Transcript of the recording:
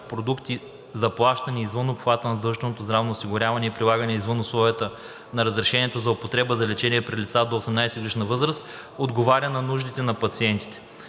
продукти, заплащани извън обхвата на задължителното здравно осигуряване и прилагани извън условията на разрешението за употреба за лечение при лица до 18-годишна възраст, отговаря на нуждите на пациентите.